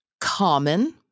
common